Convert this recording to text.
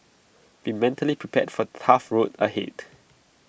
be mentally prepared for tough road ahead